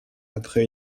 après